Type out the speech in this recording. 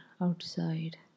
outside